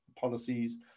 policies